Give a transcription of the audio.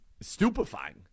stupefying